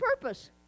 purpose